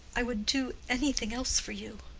i would do anything else for you.